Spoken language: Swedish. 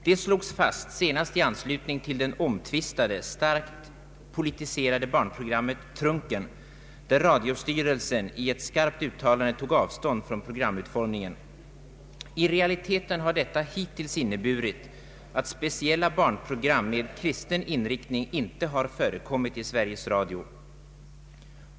Det slogs fast senast i anslutning till det omtvistade, starkt politiserade barnprogrammet Trunken, där radiostyrelsen i ett skarpt uttalande tog avstånd från programutformningen. I realiteten har detta hittills inneburit att speciella barnprogram med kristen inriktning inte har förekommit i Sveriges Radio.